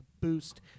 boost